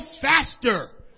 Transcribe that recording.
faster